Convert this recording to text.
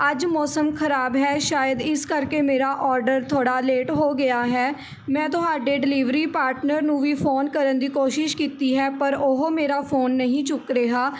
ਅੱਜ ਮੌਸਮ ਖਰਾਬ ਹੈ ਸ਼ਾਇਦ ਇਸ ਕਰਕੇ ਮੇਰਾ ਔਡਰ ਥੋੜ੍ਹਾ ਲੇਟ ਹੋ ਗਿਆ ਹੈ ਮੈਂ ਤੁਹਾਡੇ ਡਿਲੀਵਰੀ ਪਾਟਨਰ ਨੂੰ ਵੀ ਫੋਨ ਕਰਨ ਦੀ ਕੋਸ਼ਿਸ਼ ਕੀਤੀ ਹੈ ਪਰ ਉਹ ਮੇਰਾ ਫੋਨ ਨਹੀਂ ਚੁੱਕ ਰਿਹਾ